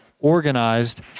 organized